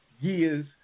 Years